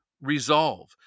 resolve